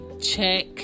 Check